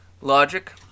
Logic